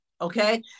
okay